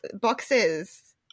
boxes